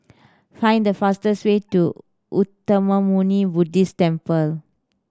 find the fastest way to Uttamayanmuni Buddhist Temple